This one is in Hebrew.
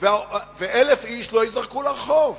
ו-1,000 איש לא ייזרקו לרחוב.